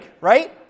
right